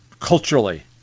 culturally